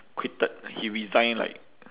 quitted he resign like